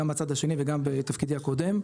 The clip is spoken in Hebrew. גם מהצד השני וגם בתפקידי הקודם,